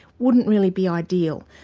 wouldn't really be ideal.